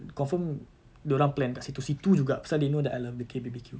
confirm dia orang plan dekat situ situ juga pasal they know that I love the K B_B_Q